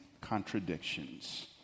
contradictions